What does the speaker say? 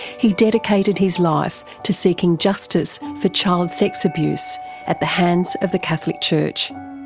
he dedicated his life to seeking justice for child sex abuse at the hands of the catholic church.